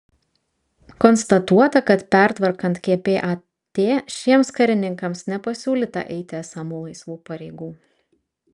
konstatuota kad pertvarkant kpat šiems karininkams nepasiūlyta eiti esamų laisvų pareigų